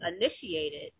initiated